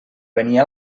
venia